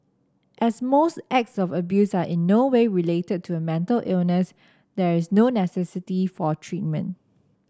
as most acts of abuse are in no way related to a mental illness there is no necessity for treatment